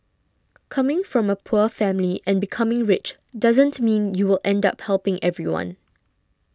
coming from a poor family and becoming rich doesn't mean you will end up helping everyone